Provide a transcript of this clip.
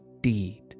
deed